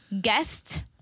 Guest